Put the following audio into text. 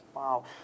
Wow